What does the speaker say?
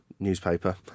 newspaper